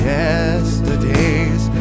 yesterdays